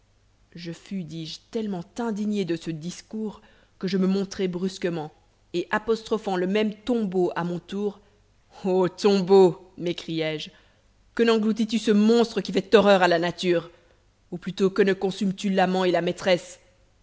je fus dis-je tellement indigné de ce discours que je me montrai brusquement et apostrophant le même tombeau à mon tour ô tombeau m'écriai-je que nengloutis tu ce monstre qui fait horreur à la nature ou plutôt que ne consumes tu l'amant et la maîtresse